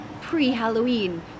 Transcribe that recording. pre-Halloween